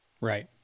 Right